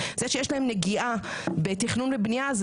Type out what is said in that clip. זה שיש להם נגיעה בתכנון ובנייה,